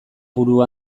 buru